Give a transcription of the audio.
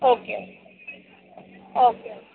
okay okay అండి